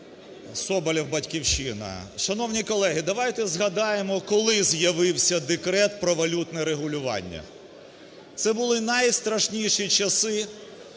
Соболєв, "Батьківщина". Шановні колеги, давайте згадаємо, коли з'явився Декрет про валютне регулювання. Це були найстрашніші часи.